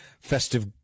festive